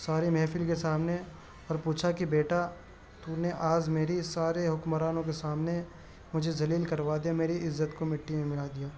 ساری محفل کے سامنے اور پوچھا کہ بیٹا تو نے آج میری سارے حکمرانوں کے سامنے مجھے ذلیل کروا دیا میری عزت کو مٹی میں ملا دیا